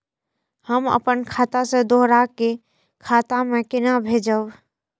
हम आपन खाता से दोहरा के खाता में केना भेजब?